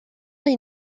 est